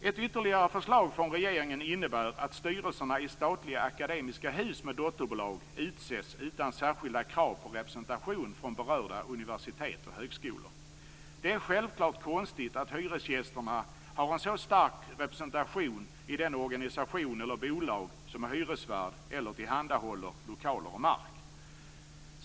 Ett ytterligare förslag från regeringen innebär att styrelserna i statliga Akademiska Hus med dotterbolag utses utan särskilda krav på representation från berörda universitet och högskolor. Det är självfallet konstigt att hyresgästerna har en så stark representation i den organisation eller det bolag som är hyresvärd eller tillhandahåller lokaler och mark.